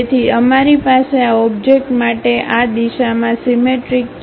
તેથી અમારી પાસે આ ઓબ્જેક્ટ માટે આ દિશામાં સીમેટ્રિક છે